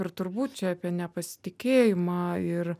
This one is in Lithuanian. ir turbūt čia apie nepasitikėjimą ir